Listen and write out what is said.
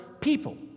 people